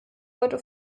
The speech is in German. heute